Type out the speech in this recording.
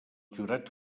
jurats